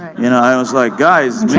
and i was, like, guys,